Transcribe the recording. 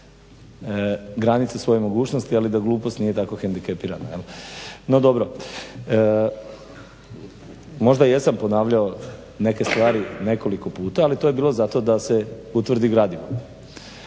granice svoje mogućnosti, ali da glupost nije tako hendikepirana jel'. No, dobro. Možda jesam ponavljao neke stvari nekoliko puta ali to je bilo zato da se utvrdi gradivo.